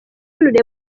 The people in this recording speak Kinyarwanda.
urebe